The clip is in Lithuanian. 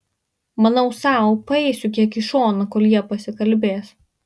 manau sau paeisiu kiek į šoną kol jie pasikalbės